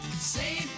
Save